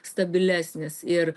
stabilesnis ir